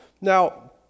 Now